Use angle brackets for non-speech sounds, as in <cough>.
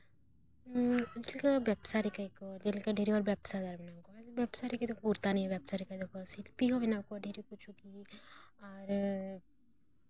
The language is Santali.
ᱪᱮᱫ ᱞᱮᱠᱟ ᱵᱮᱵᱽᱥᱟ ᱞᱮᱠᱟ ᱜᱮᱠᱚ ᱡᱮᱞᱮᱠᱟ ᱰᱷᱮᱨ ᱦᱚᱲ ᱵᱮᱵᱽᱥᱟᱫᱟᱨ ᱢᱮᱱᱟᱜ ᱠᱚᱣᱟ ᱵᱮᱵᱽᱥᱟ ᱨᱮᱜᱮ ᱛᱟᱠᱚ ᱠᱩᱨᱛᱟᱱᱤ <unintelligible> ᱵᱮᱵᱽᱥᱟ ᱨᱮᱜᱮ ᱛᱟᱠᱚ ᱥᱤᱞᱯᱤ ᱦᱚᱸ ᱢᱮᱱᱟᱜ ᱠᱚᱣᱟ ᱰᱷᱮᱨ ᱚᱠᱚᱡ ᱟᱨ